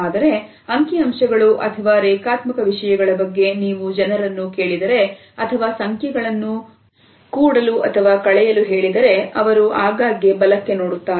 ಆದರೆ ಅಂಕಿಅಂಶಗಳು ಅಥವಾ ರೇಖಾತ್ಮಕ ವಿಷಯಗಳ ಬಗ್ಗೆ ನೀವು ಜನರನ್ನು ಕೇಳಿದರೆ ಅಥವಾ ಸಂಖ್ಯೆಗಳನ್ನು ಕೂಡಲು ಕಳೆಯಲು ಹೇಳಿದರೆ ಅವರು ಆಗಾಗ್ಗೆ ಬಲಕ್ಕೆ ನೋಡುತ್ತಾರೆ